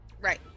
Right